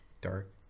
Dark